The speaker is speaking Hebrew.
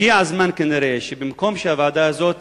במקום שהוועדה הזאת